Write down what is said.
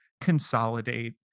consolidate